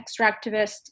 extractivist